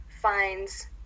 finds